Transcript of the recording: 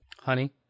Honey